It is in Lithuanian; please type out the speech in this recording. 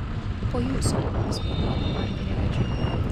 po jūsų jis paduoda parkerį edžiui